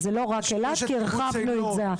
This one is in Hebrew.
זה לא רק אילת כי הרחבנו את זה,